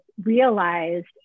realized